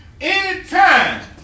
Anytime